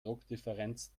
druckdifferenz